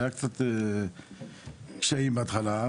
היה קצת קשיים בהתחלה,